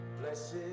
Blessed